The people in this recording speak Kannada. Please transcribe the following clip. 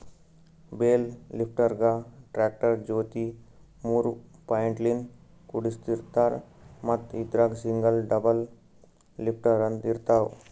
ಬೇಲ್ ಲಿಫ್ಟರ್ಗಾ ಟ್ರ್ಯಾಕ್ಟರ್ ಜೊತಿ ಮೂರ್ ಪಾಯಿಂಟ್ಲಿನ್ತ್ ಕುಡಸಿರ್ತಾರ್ ಮತ್ತ್ ಇದ್ರಾಗ್ ಸಿಂಗಲ್ ಡಬಲ್ ಲಿಫ್ಟರ್ ಅಂತ್ ಇರ್ತವ್